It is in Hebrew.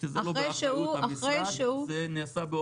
אחרי שהוא --- זה לא באחריות המשרד,